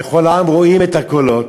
וכל העם רואים את הקולות,